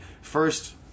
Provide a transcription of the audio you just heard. first